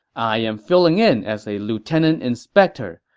i am filling in as a lieutenant inspector,